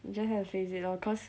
you just have to face it lor cause